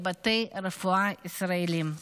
בבתי רפואה ישראליים.